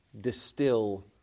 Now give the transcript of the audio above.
distill